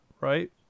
right